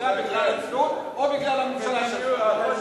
מצוקה בגלל הצביעות או בגלל הממשלה שלך?